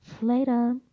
Later